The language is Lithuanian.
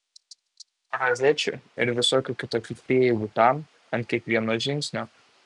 rozečių ir visokių kitokių prieigų tam ant kiekvieno žingsnio